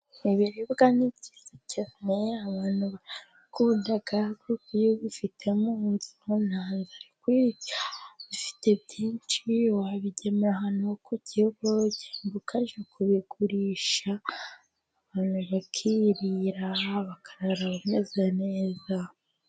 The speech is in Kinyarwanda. Ibiribwa ni byiza cyane abantu barabikunda, kuko iyo ubifite mu nzu nta nzara ikwica, ubifite byinshi wabigemura ahantu ku kigo, cyangwa ukajya kubigurisha abantu bakirira, bakarara bameze neza.